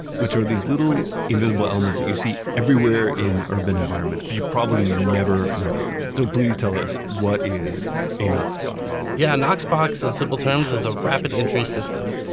which are these little invisible elements that you see everywhere in urban environments, but you probably never notice them. so please tell us what is a knox box? yeah, knox box, in simple terms, is a rapid entry system.